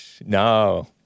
No